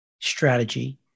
strategy